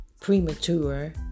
Premature